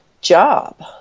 job